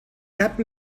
cap